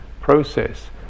process